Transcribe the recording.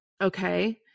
Okay